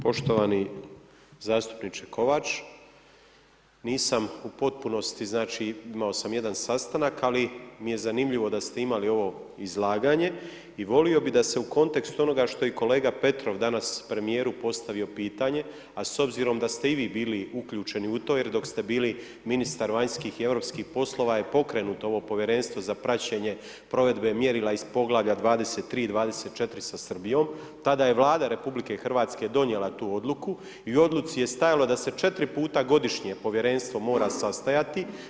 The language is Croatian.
Poštovani zastupniče Kovač, nisam u potpunosti, znači, imao sam jedan sastanak, ali mi je zanimljivo da ste imali ovo izlaganje i volio bih da se u kontekstu onoga što je i kolega Petrov danas premijeru postavio pitanje, a s obzirom da ste i vi bili uključeni u to, jer dok ste bili ministar vanjskih i europskih poslova je pokrenuto ovo Povjerenstvo za praćenje provedbe mjerila iz Poglavlja 23 i 24 sa Srbijom, tada je Vlada RH donijela tu odluku i u odluci je stajalo da se 4 puta godišnje Povjerenstvo mora sastajati.